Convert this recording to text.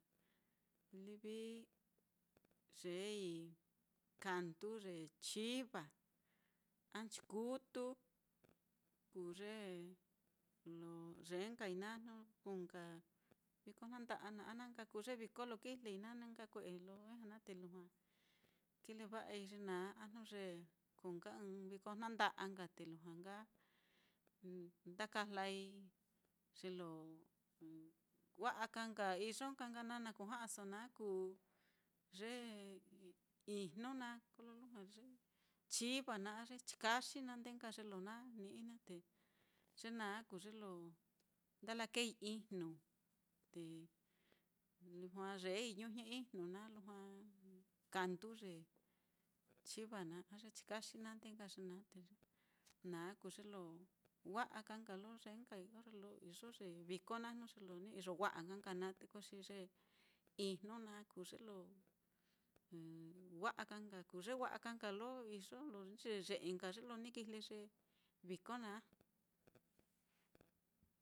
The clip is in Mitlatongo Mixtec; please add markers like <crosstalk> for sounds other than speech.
Livi yeei kandu ye chiva, a nchikutu kuu ye lo yee nkai naá jnu kuu nka viko jnanda'a, a na nka kuu ye viko lo kijlei naá na nka kue'e lo ijña naá te lujua kileva'a ye naá, a jnu ye kuu nka ɨ́ɨ́n viko jnanda'a nka, te lujua nka nda kajlai ye lo wa'a ka nka iyo ka nka naá na kuja'aso na kuu ye ijnu naá, kolo lujua ye <noise> chiva naá a ye chikaxi naá ndee nka ye lo na ni'i naá, te ye naá kuu ye lo nda lakeei ijnu, te lujua yeei ñujñe-ijnu naá, lujua kandu <noise> ye chiva naá, a ye chikaxi naá ndee nka ye naá, te naá kuu ye lo wa'a ka nka lo yee nkai orre lo iyo ye viko naá, jnu ye lo ni iyo wa'a ka nka naá, te ko xi ye ijnu naá kuu ye lo <hesitation> wa'a ka nka lo, kuu ye wa'a ka nka lo iyo lo ni yee ye'e nka ye lo ni kijle ye viko naá.